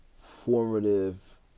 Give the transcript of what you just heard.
formative